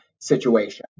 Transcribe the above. situation